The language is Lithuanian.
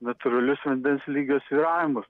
natūralius vandens lygio svyravimus